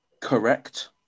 correct